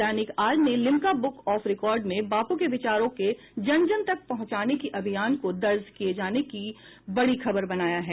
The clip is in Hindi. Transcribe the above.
दैनिक आज ने लिम्का बुक ऑफ रिकार्ड में बाबू के विचारों के जन जन तक पहुंचाने की अभियान को दर्ज किये जाने को बड़ी खबर बनाया है